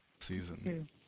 season